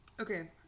Okay